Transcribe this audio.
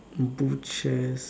butchers